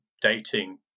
dating